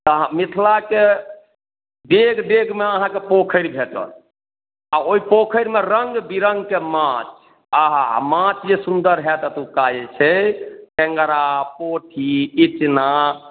तऽ मिथिलाके डेग डेगमे अहाँके पोखरि भेटल आ ओहि पोखरिमे रङ्ग बिरङ्गके माँछ आहाहा माँछ जे सुन्दर होएत अतुका जे छै टेंगरा पोठी इचना